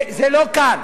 זה לא כאן.